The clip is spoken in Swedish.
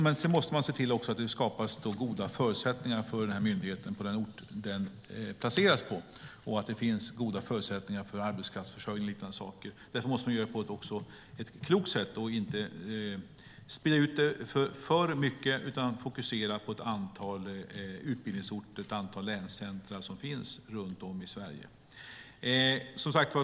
Man måste också se till att det skapas goda förutsättningar för myndigheten på den ort där den placeras och att det finns goda förutsättningar för arbetskraftsförsörjning och liknande saker. Därför måste man göra det här på ett klokt sätt och inte sprida ut det hela alltför mycket. Man ska fokusera på ett antal utbildningsorter och ett antal länscentrum som finns runt om i Sverige.